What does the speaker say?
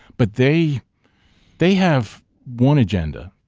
but they they have one agenda,